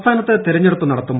സംസ്ഥാനത്ത് തെരഞ്ഞെടുപ്പ് നടത്തും